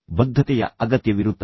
ಇದು ದೀರ್ಘಾವಧಿಯ ಯೋಜನೆಯಾಗಿದೆ